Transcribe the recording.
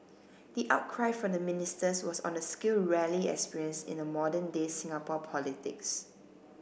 the outcry from the ministers was on a scale rarely experience in modern day Singapore politics